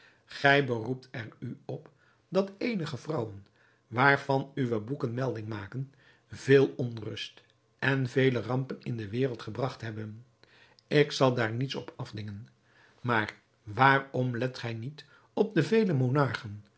gij beroept er u op dat eenige vrouwen waarvan uwe boeken melding maken veel onrust en vele rampen in de wereld gebragt hebben ik zal daar niets op afdingen maar waarom let gij niet op de vele monarchen